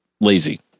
lazy